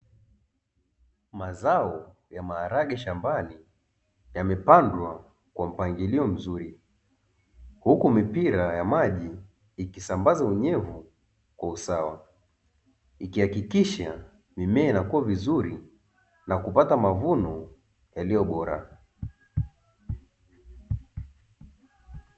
Mazao ya maharage shambani yamepandwa kwa mpangilio mzuri, huku mipira ya maji ikisambaza unyevu kwa usawa. Ikihakikisha mimea inakua vizuri na kupata mavuno yaliyobora.